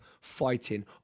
fighting